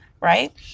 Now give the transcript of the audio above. Right